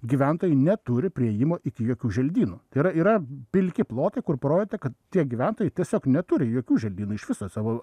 gyventojai neturi priėjimo iki jokių želdynų tai yra yra pilki plotai kur parodyta kad tie gyventojai tiesiog neturi jokių želdynų iš viso savo